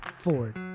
Ford